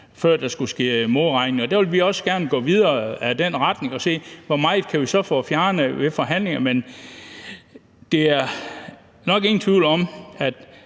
før der skulle ske modregning. Vi vil også gerne gå videre i den retning og se på, hvor meget vi kan få fjernet ved en forhandling Men der er nok ingen tvivl om, at